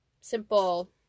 simple